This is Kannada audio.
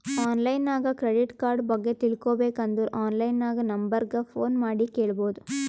ಆನ್ಲೈನ್ ನಾಗ್ ಕ್ರೆಡಿಟ್ ಕಾರ್ಡ ಬಗ್ಗೆ ತಿಳ್ಕೋಬೇಕ್ ಅಂದುರ್ ಆನ್ಲೈನ್ ನಾಗ್ ನಂಬರ್ ಗ ಫೋನ್ ಮಾಡಿ ಕೇಳ್ಬೋದು